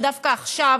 ודווקא עכשיו